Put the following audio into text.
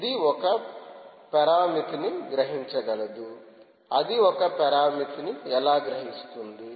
ఇది ఒక పరామితిని గ్రహించగలదు అది ఒక పరామితిని ఎలా గ్రహిస్తుంది